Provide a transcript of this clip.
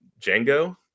Django